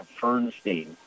Fernstein